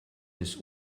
des